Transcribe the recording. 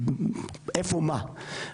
מה.